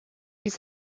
ils